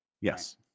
Yes